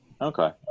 Okay